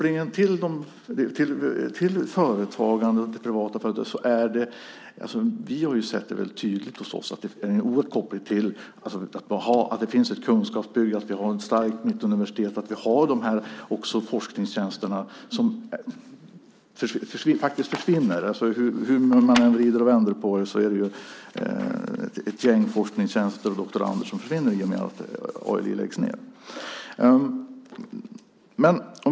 I vår region har vi tydligt sett att det finns en stark koppling mellan företagandet och det faktum att det finns ett kunskapsbygge, att vi har ett starkt Mittuniversitet, att vi har de forskningstjänster som nu försvinner. Hur man än vrider och vänder på det försvinner ett antal tjänster för forskare och doktorander i och med att ALI läggs ned.